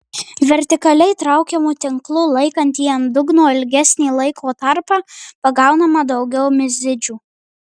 vertikaliai traukiamu tinklu laikant jį ant dugno ilgesnį laiko tarpą pagaunama daugiau mizidžių